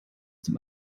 dem